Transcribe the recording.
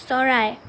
চৰাই